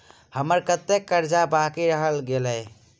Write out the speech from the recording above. हम्मर कत्तेक कर्जा बाकी रहल गेलइ?